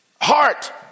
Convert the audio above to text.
heart